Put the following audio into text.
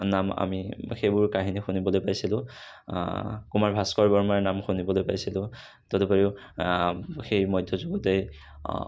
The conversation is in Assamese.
নাম আমি সেইবোৰ কাহিনী শুনিবলৈ পাইছিলোঁ কুমাৰ ভাস্কৰ বৰ্মাৰ নাম শুনিবলৈ পাইছিলোঁ তদুপৰি সেই মধ্যযুগতেই